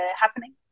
happening